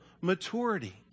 maturity